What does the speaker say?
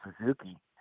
Suzuki